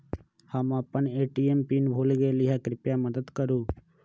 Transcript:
हम अपन ATM pin भूल गेली ह, कृपया मदत करू